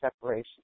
separation